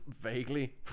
vaguely